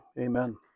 Amen